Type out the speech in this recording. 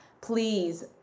please